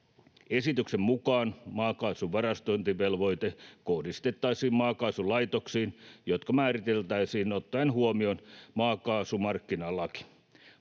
Esityksen mukaan maakaasun varastointivelvoite kohdistettaisiin maakaasulaitoksiin, jotka määriteltäisiin ottaen huomioon maakaasumarkkinalaki.